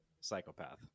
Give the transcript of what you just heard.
psychopath